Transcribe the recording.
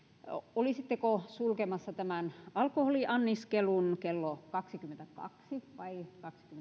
olisitteko sulkemassa tämän alkoholianniskelun kello kaksikymmentäkaksi